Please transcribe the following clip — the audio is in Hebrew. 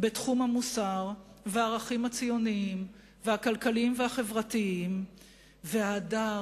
בתחום המוסר והערכים הציוניים והכלכליים והחברתיים וההדר,